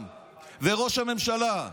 גם ראש הממשלה,